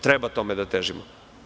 Treba tome da težimo.